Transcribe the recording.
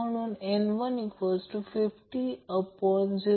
म्हणून N1500